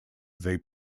they